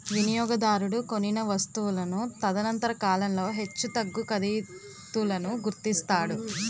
వినియోగదారుడు కొనిన వస్తువును తదనంతర కాలంలో హెచ్చుతగ్గు ఖరీదులను గుర్తిస్తాడు